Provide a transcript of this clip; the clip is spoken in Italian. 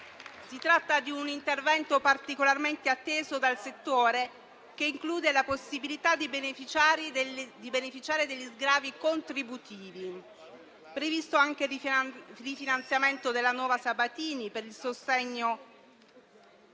Si tratta di un intervento particolarmente atteso dal settore, che include la possibilità di beneficiare degli sgravi contributivi. È previsto anche il rifinanziamento della nuova Sabatini per il sostegno